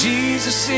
Jesus